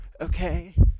okay